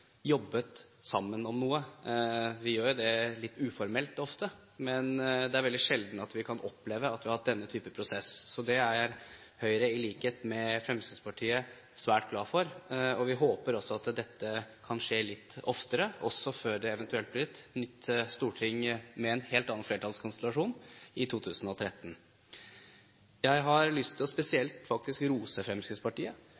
jobbet sammen om noe. Vi gjør jo det ofte litt uformelt, men det er veldig sjelden at vi kan oppleve at vi har hatt denne type prosess. Så det er Høyre i likhet med Fremskrittspartiet svært glad for, og vi håper også at dette kan skje litt oftere, også før det eventuelt blir et nytt storting med en helt annen flertallskonstellasjon i 2013. Jeg har lyst til spesielt å